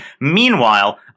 Meanwhile